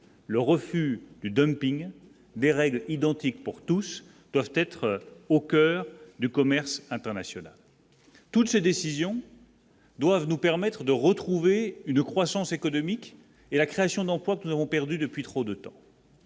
le refus du dumping des règles identiques pour tous, doivent être au coeur du commerce international, toutes ces décisions. Doivent nous permettre de retrouver une croissance économique et la création d'emplois, nous avons perdu depuis trop de temps.